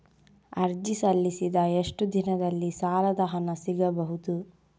ಅರ್ಜಿ ಸಲ್ಲಿಸಿದ ಎಷ್ಟು ದಿನದಲ್ಲಿ ಸಾಲದ ಹಣ ಸಿಗಬಹುದು?